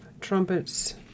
trumpets